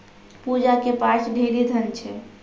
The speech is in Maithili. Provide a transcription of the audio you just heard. पूजा के पास ढेरी धन छै